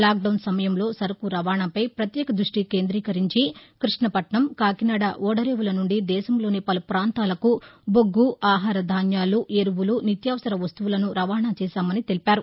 lock down సమయంలో సరుకు రవాణాపై పత్యేక దృష్టి కేంద్రీకరించి కృష్ణపట్నం కాకినాడ ఓడరేవుల నుండి దేశంలోని పలు పాంతాలకు బొగ్గ ఆహార ధాన్యాలు ఎరువులు నిత్యావసర వస్తువులను రవాణా చేశామని తెలిపారు